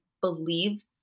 believe